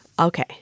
Okay